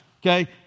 Okay